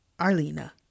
Arlena